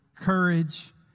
courage